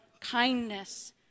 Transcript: kindness